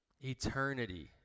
Eternity